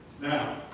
Now